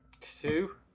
Two